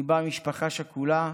אני בא ממשפחה שכולה,